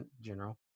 general